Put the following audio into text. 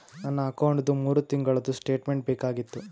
ನನ್ನ ಅಕೌಂಟ್ದು ಮೂರು ತಿಂಗಳದು ಸ್ಟೇಟ್ಮೆಂಟ್ ಬೇಕಾಗಿತ್ತು?